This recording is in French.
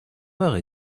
heures